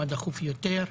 מה דחוף יותר,